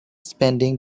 spending